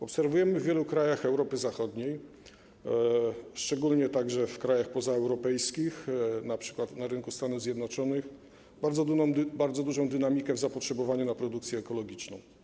Obserwujemy w wielu krajach Europy Zachodniej, szczególnie także w krajach pozaeuropejskich, np. na rynku Stanów Zjednoczonych, bardzo dużą dynamikę w zakresie zapotrzebowania na produkcję ekologiczną.